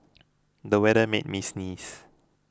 the weather made me sneeze